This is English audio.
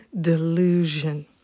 delusion